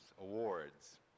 awards